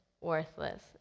worthless